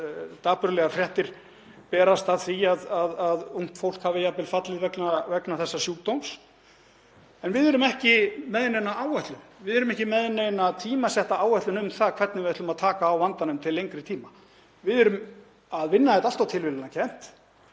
dapurlegar fréttir berast af því að ungt fólk hafi jafnvel fallið vegna þessa sjúkdóms. En við erum ekki með neina áætlun. Við erum ekki með neina tímasetta áætlun um það hvernig við ætlum að taka á vandanum til lengri tíma. Við erum að vinna þetta allt of tilviljunarkennt.